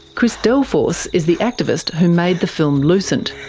chris delforce is the activist who made the film lucent.